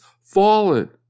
fallen